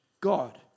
God